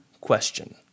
question